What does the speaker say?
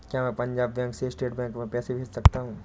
क्या मैं पंजाब बैंक से स्टेट बैंक में पैसे भेज सकता हूँ?